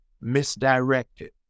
misdirected